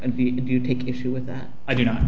and if you take issue with that i do know